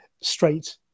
straight